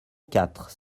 quatre